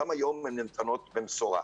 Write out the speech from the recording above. גם היום הן ניתנות במשורה.